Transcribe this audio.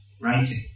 writing